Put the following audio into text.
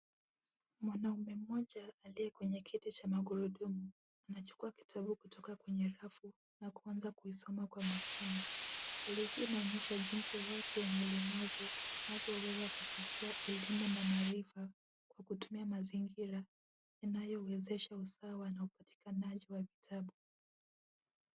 Mwanaume mmoja aliye kwenye kiti cha magurudumu anachukua kitabu kutoka kwenye rafu na kuanza kuisoma kwa makini. Hali hii inaonyesha jinsi watu wenye ulemavu wanavyoweza kufikia elimu na maarifa kwa kutumia mazingira yanayowezesha usawa na upatikanaji wa vitabu.